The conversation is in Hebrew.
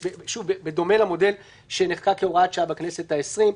בדומה למודל שנחקק כהוראת שעה בכנסת העשרים,